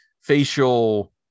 facial